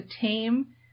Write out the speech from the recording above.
tame